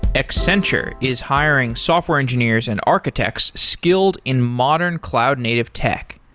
accenture is hiring software engineers and architects skilled in modern cloud native tech.